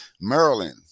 Maryland